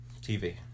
TV